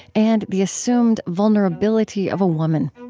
and the assumed vulnerability of a woman.